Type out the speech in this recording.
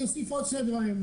לך עוד משהו להוסיף?